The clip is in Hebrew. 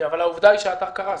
אבל העובדה היא שהאתר קרס.